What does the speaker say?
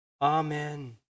Amen